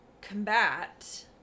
combat